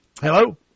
Hello